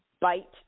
bite